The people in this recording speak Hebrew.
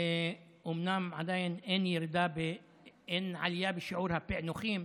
אומנם עדיין אין עלייה בשיעור הפענוחים,